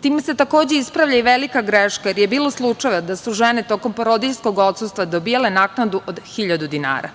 Time se takođe ispravlja i velika greška, jer je bilo slučajeva da su žene tokom porodiljskog odsustva dobijale naknadu od 1.000 dinara.